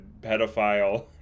pedophile